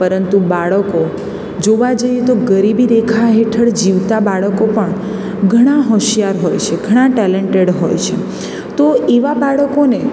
પરંતુ બાળકો જોવા જઈએ તો ગરીબી રેખા હેઠળ જીવતાં બાળકો પણ ઘણા હોંશિયાર હોય છે ઘણા ટેલેન્ટેડ હોય છે તો એવાં બાળકોને